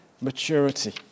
maturity